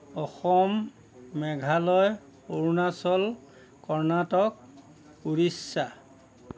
Assam Meghalaya Arunachal Karnataka Orissa